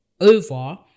over